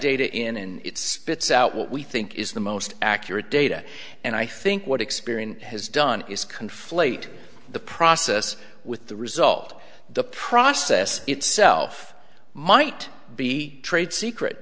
data in it spits out what we think is the most accurate data and i think what experian has done is conflate the process with the result the process itself might be trade secret